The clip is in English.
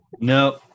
no